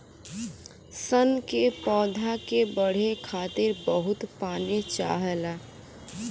सन के पौधा के बढ़े खातिर बहुत पानी चाहला